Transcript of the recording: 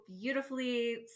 beautifully